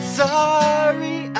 sorry